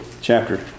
chapter